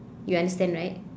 you understand right